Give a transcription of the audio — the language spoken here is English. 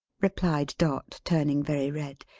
replied dot, turning very red.